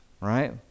Right